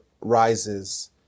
rises